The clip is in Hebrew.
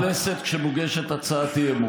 לפני הכנסת כשמוגשת הצעת אי-אמון.